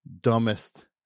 dumbest